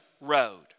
road